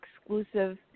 exclusive